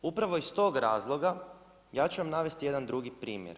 Upravo iz tog razloga ja ću vam navesti jedan drugi primjer.